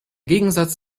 gegensatz